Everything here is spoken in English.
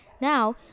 Now